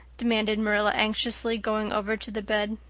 demanded marilla anxiously, going over to the bed.